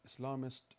Islamist